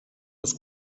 los